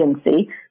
agency